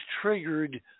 triggered